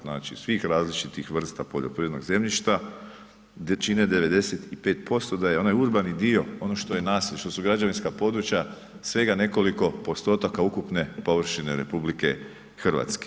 Znači svih različitih vrsta poljoprivrednog zemljišta gdje čine 95%, da je onaj urbani dio, ono što je naselje, što su građevinska područja, svega nekoliko postotaka ukupne površine RH.